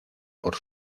por